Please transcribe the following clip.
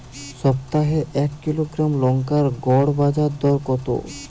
সপ্তাহে এক কিলোগ্রাম লঙ্কার গড় বাজার দর কতো?